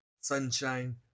Sunshine